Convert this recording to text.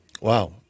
Wow